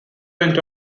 went